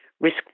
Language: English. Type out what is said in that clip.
risk